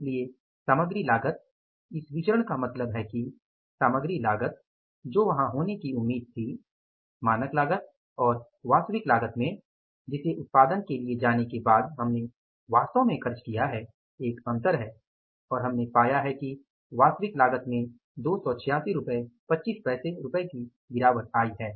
इसलिए सामग्री लागत इस विचरण का मतलब है कि सामग्री लागत जो वहां होने की उम्मीद थी मानक लागत और वास्तविक लागत में जिसे उत्पादन के लिए जाने के बाद हमने वास्तव में खर्च किया है एक अंतर है और हमने पाया है कि वास्तविक लागत में 28625 रुपये की गिरावट आई है